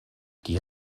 die